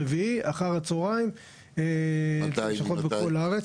רביעי אחר הצוהריים לשכות בכל הארץ.